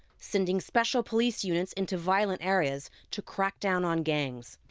sending special police units into violent areas to crack down on gangs.